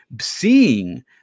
seeing